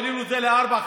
העלינו את זה לארבע-חמש,